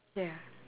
ya